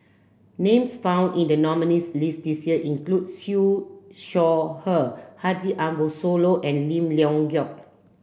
names found in the nominees' list this year include Siew Shaw Her Haji Ambo Sooloh and Lim Leong Geok